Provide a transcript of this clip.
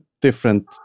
different